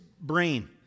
brain